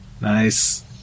Nice